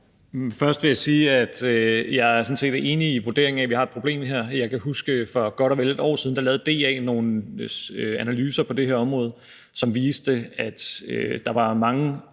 Først vil jeg sige, at jeg sådan set er enig i vurderingen af, at vi har et problem her. Jeg kan huske, at for godt og vel et år siden lavede DA nogle analyser af det her område, som viste, at der var mange,